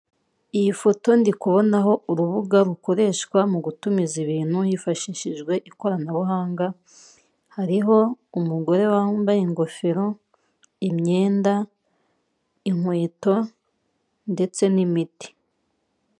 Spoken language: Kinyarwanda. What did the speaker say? Iyi foto ndi kubonaho urubuga rukoreshwa mu gutumiza ibintu hifashishijwe ikoranabuhanga, hariho umugore wambaye ingofero, imyenda, inkweto ndetse n'imiti.